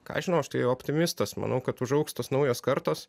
ką aš žinau aš tai optimistas manau kad užaugs tos naujos kartos